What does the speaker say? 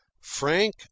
Frank